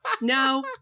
no